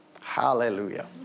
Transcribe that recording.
Hallelujah